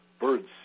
birds